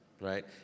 right